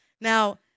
Now